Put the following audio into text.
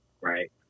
right